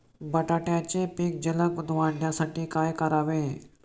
बटाट्याचे पीक जलद वाढवण्यासाठी काय करावे?